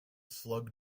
slug